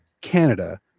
Canada